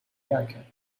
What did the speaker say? jakie